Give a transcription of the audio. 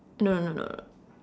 no no no no